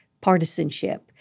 partisanship